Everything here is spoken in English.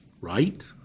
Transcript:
Right